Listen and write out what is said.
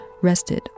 rested